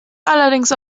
allerdings